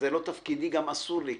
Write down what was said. אין זה תפקידי וגם אסור לי,